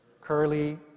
Curly